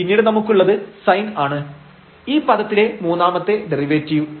പിന്നീട് നമുക്കുള്ളത് sin ആണ് ഈ പദത്തിലെ മൂന്നാമത്തെ ഡെറിവേറ്റീവ്